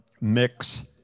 Mix